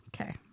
Okay